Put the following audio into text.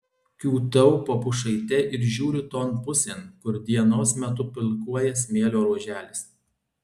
kiūtau po pušaite ir žiūriu ton pusėn kur dienos metu pilkuoja smėlio ruoželis